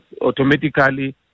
automatically